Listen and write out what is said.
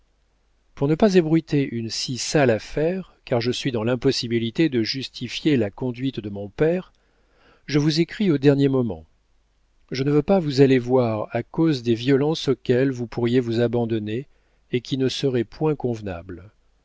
pour ne pas ébruiter une si sale affaire car je suis dans l'impossibilité de justifier la conduite de mon père je vous écris au dernier moment je ne veux pas vous aller voir à cause des violences auxquelles vous pourriez vous abandonner et qui ne seraient point convenables